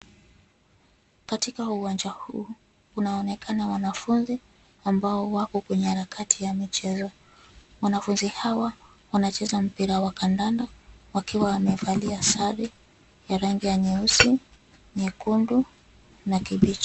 Katika uwanja huu kunaonekana wanafunzi ambao wako kwenye harakati ya michezo. Wanafunzi hawa wanacheza mpira wa kandanda wakiwa wamevalia sare ya rangi ya nyeusi, nyekundu na kibichi.